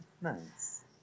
Nice